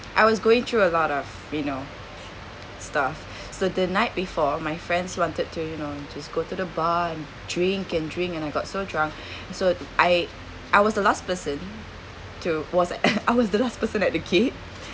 I was going through a lot of you know stuff so the night before my friends wanted to you know to just go to the bar and drink and drink and I got so drunk so I I was the last person to was I was the last person at the gate